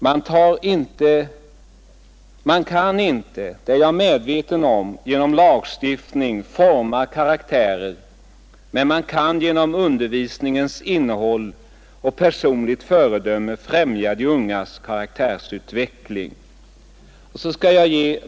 Man kan inte — det är jag medveten om — genom lagstiftning forma karaktärer, men man kan genom undervisningens innehåll och personligt föredöme främja de ungas karaktärsutveckling.